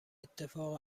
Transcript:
اتفاق